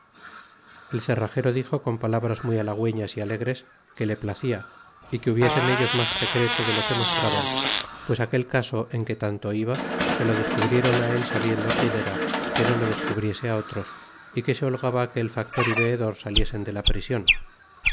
el cerragero dizo con palabras muy halagüenas é alegres que le piada y que hubiesen ellos mas secreto de lo que mostraban pues aquel caso en que tanto iba se lo descubrieron á él sabiendo quien era que no lo descubriese a otros y que se holgaba que el factor y veedor saliesen de la prision